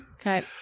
Okay